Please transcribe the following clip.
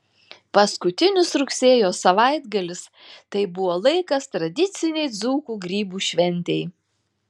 paskutinis rugsėjo savaitgalis tai buvo laikas tradicinei dzūkų grybų šventei